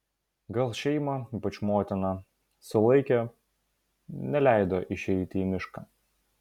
gal šeima ypač motina sulaikė neleido išeiti į mišką